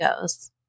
goes